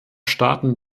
staaten